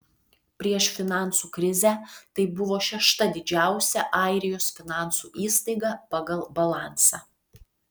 prieš finansų krizę tai buvo šešta didžiausia airijos finansų įstaiga pagal balansą